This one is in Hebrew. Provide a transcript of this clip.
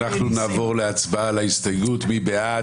נעבור להצבעה על הסתייגות מספר 180. מי בעד?